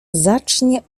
zacznie